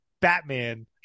Batman